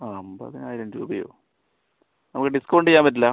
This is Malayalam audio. അമ്പതിനായിരം രൂപയോ നമുക്ക് ഡിസ്ക്കൗണ്ട് ചെയ്യാൻ പറ്റില്ല